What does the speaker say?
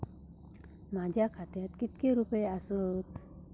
माझ्या खात्यात कितके रुपये आसत?